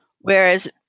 Whereas